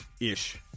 ish